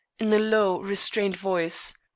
in a low, restrained voice,